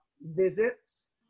visits